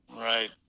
right